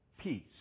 peace